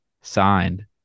signed